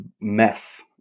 mess